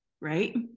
right